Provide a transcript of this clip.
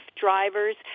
drivers